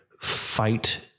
fight